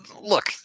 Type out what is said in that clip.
Look